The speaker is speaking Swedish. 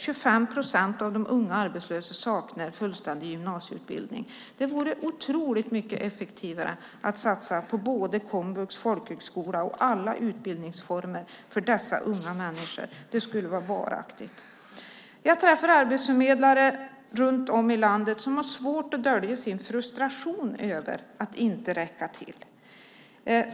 25 procent av de unga arbetslösa saknar fullständig gymnasieutbildning. Det vore otroligt mycket mer effektivt att satsa på komvux, folkhögskola och alla andra utbildningsformer för dessa unga människor. Det skulle vara varaktigt. Jag träffar arbetsförmedlare runt om i landet som har svårt att dölja sin frustration över att inte räcka till.